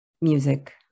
music